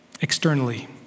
externally